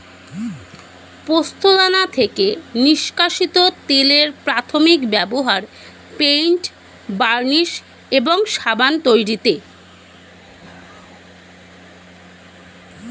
পোস্তদানা থেকে নিষ্কাশিত তেলের প্রাথমিক ব্যবহার পেইন্ট, বার্নিশ এবং সাবান তৈরিতে